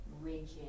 rigid